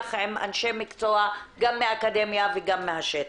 עם אנשי מקצוע גם מאקדמיה וגם מהשטח.